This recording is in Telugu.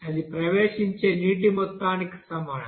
అది ప్రవేశించే నీటి మొత్తానికి సమానం